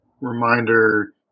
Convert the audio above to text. reminder